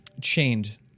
chained